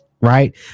right